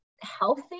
healthy